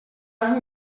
vous